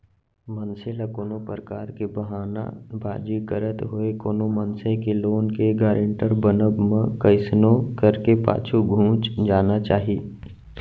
मनसे ल कोनो परकार के बहाना बाजी करत होय कोनो मनसे के लोन के गारेंटर बनब म कइसनो करके पाछू घुंच जाना चाही